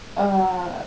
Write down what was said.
uh